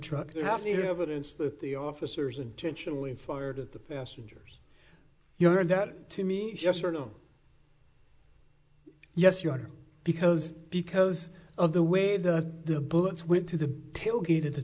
no evidence that the officers intentionally fired at the passengers you heard that to me yes or no yes you are because because of the way that the bullets went to the tailgate in